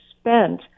spent